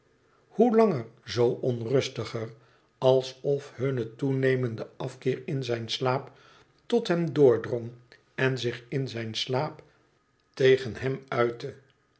hoe langer zoo onrustiger alsof hun toenemende afkeer in zijn slaap tot hem doordrong en zich in zijn slaap tegen hem uitte